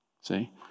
See